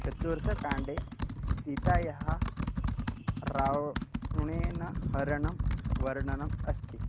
चतुर्थकाण्डे सीतायाः रावणेन हरणं वर्णनम् अस्ति